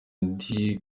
ndi